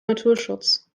naturschutz